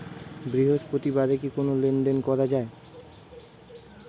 বৃহস্পতিবারেও কি লেনদেন করা যায়?